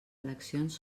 eleccions